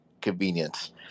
convenience